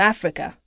Africa